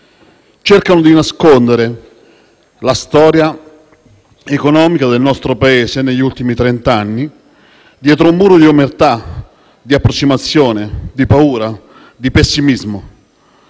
cercano di nascondere la storia economica del nostro Paese degli ultimi trent'anni dietro a un muro di omertà, di approssimazione, di paura, di pessimismo,